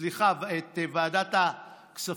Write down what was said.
סליחה, את דרישת ועדת הכספים,